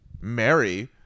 Mary